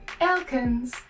Elkins